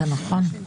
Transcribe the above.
זה נכון.